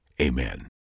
Amen